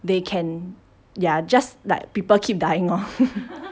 they can ya just like people keep dying loh